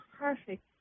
perfect